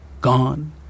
Gone